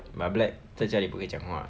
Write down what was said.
but black 在家里不可以讲话